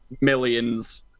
millions